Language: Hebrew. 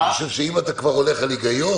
אני חושב שאם כבר אתה הולך על היגיון